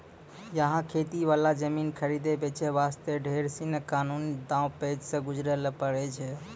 यहाँ खेती वाला जमीन खरीदै बेचे वास्ते ढेर सीनी कानूनी दांव पेंच सॅ गुजरै ल पड़ै छै